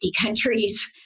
countries